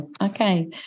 Okay